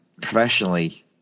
professionally